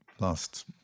Last